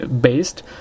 based